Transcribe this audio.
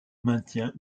maintient